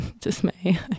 dismay